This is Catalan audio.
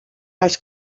els